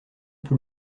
peu